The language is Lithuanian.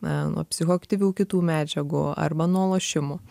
nuo psichoaktyvių kitų medžiagų arba nuo lošimų